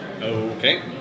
Okay